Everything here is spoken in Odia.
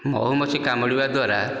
ମହୁମାଛି କାମୁଡ଼ିବା ଦ୍ୱାରା